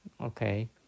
Okay